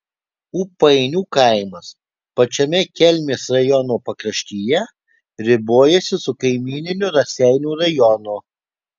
ūpainių kaimas pačiame kelmės rajono pakraštyje ribojasi su kaimyniniu raseinių rajonu